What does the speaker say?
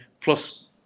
plus